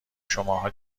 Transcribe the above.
شماها